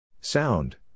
Sound